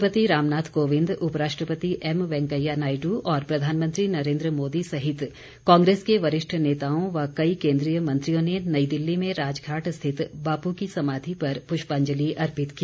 राष्ट्रपति रामनाथ कोविंद उपराष्ट्रपति एम वैंकेया नायडु और प्रधानमंत्री नरेन्द्र मोदी सहित कांग्रेस के वरिष्ठ नेताओं व कई केन्द्रीय मंत्रियों ने नई दिल्ली में राजघाट स्थित बापू की समाधि पर पुष्पांजलि अर्पित की